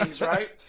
right